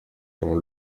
dans